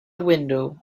window